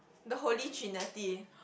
the holy trinity